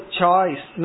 choice